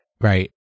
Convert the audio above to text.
right